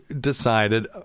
decided